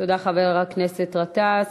תודה, חבר הכנסת גטאס.